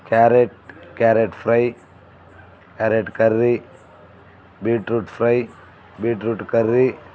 carrot carrot fry carrot curry beetroot fry beetroot curry